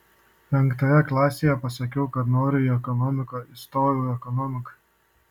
penktoje klasėje pasakiau kad noriu į ekonomiką įstojau į ekonomiką